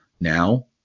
Now